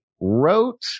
wrote